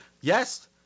yes